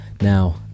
now